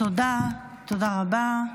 תודה רבה.